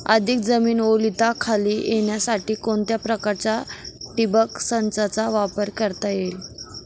अधिक जमीन ओलिताखाली येण्यासाठी कोणत्या प्रकारच्या ठिबक संचाचा वापर करता येईल?